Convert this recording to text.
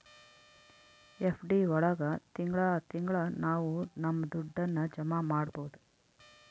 FD ಒಳಗ ತಿಂಗಳ ತಿಂಗಳಾ ನಾವು ನಮ್ ದುಡ್ಡನ್ನ ಜಮ ಮಾಡ್ಬೋದು